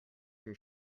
your